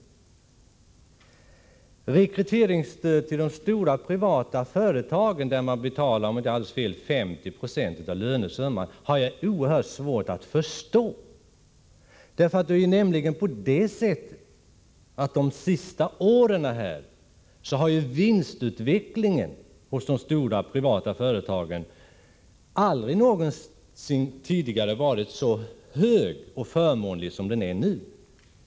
Jag har oerhört svårt att förstå att man till de stora privata företagen betalar ut 50 26 av lönesumman i rekryteringsstöd. Det är nämligen på det sättet att vinstutvecklingen hos de stora företagen aldrig någonsin tidigare varit så god och förmånlig som de senaste åren.